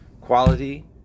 quality